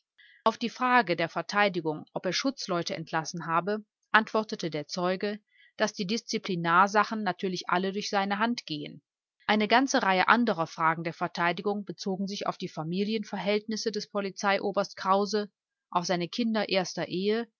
auf die frage der verteidigung ob er schutzleute entlassen habe antwortete der zeuge daß die disziplinarsachen natürlich alle durch seine hand gehen eine ganze reihe anderer fragen der verteidigung bezogen sich auf die familienverhältnisse des polizeioberst krause auf seine kinder erster ehe